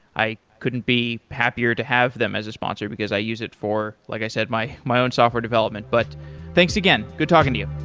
i couldn't be happier to have them as a sponsor because i use it for, like i said, my my own software development. but thanks again. good talking to you.